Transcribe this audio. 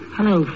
Hello